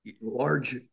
Large